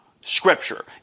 scripture